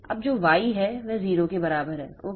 अब जो y है वह 0 के बराबर है ओके